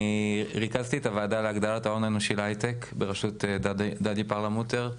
אני ריכזתי את הועדה להגדלת ההון האנושי להייטק בראשות דדי פרלמוטר,